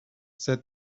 said